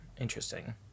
interesting